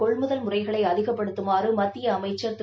கொள்முதல் முறைகளை அதிகப்படுத்தமாறு மத்திய அமைச்சர் திரு